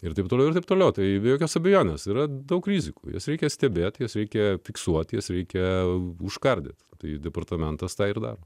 ir taip toliau ir taip toliau tai be jokios abejonės yra daug rizikų juos reikia stebėti jas reikia fiksuoti jas reikia užkardyti tai departamentas tą ir daro